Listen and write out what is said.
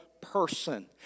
person